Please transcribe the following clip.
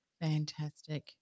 Fantastic